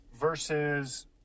Versus